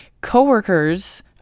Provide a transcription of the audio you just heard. Coworkers